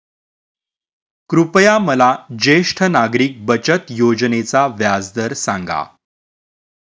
कृपया मला ज्येष्ठ नागरिक बचत योजनेचा व्याजदर सांगा